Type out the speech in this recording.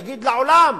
יגיד לעולם: